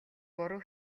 буруу